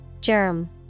Germ